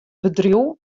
bedriuw